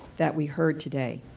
that we heard today,